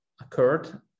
occurred